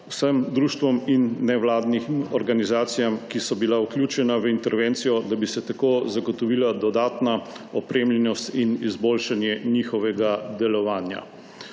vsem društvom in nevladnim organizacijam, ki so bila vključena v intervencijo, da bi se tako zagotovila dodatna opremljenost in izboljšanje njihovega delovanja.